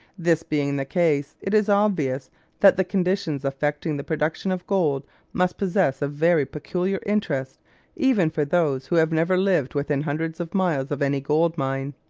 this being the case, it is obvious that the conditions affecting the production of gold must possess a very peculiar interest even for those who have never lived within hundreds of miles of any gold mine.